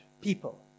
people